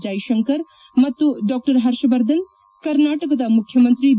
ಜೈ ಶಂಕರ್ ಮತ್ತು ಡಾ ಹರ್ಷವರ್ಧನ್ ಕರ್ನಾಟಕದ ಮುಖ್ಯಮಂತ್ರಿ ಬಿ